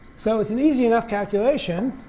so it's an easy enough calculation